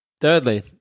Thirdly